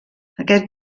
aquest